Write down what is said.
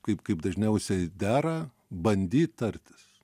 kaip kaip dažniausiai dera bandyt tartis